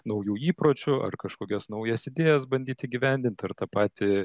naujų įpročių ar kažkokias naujas idėjas bandyt įgyvendint ar tą patį